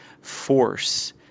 force